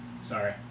Sorry